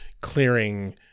clearing